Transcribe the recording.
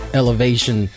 elevation